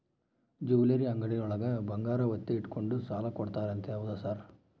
Jewellery ಅಂಗಡಿಯೊಳಗ ಬಂಗಾರ ಒತ್ತೆ ಇಟ್ಕೊಂಡು ಸಾಲ ಕೊಡ್ತಾರಂತೆ ಹೌದಾ ಸರ್?